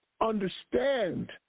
understand